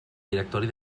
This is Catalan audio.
directori